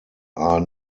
are